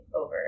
over